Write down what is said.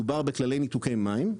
מדובר בכללי ניתוקי מים.